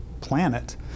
planet